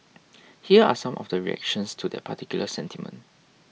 here are some of the reactions to that particular sentiment